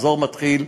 מחזור מתחיל,